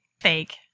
Fake